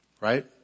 right